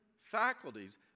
faculties